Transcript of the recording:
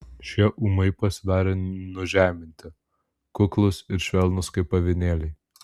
šie ūmai pasidarė nužeminti kuklūs ir švelnūs kaip avinėliai